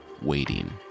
waiting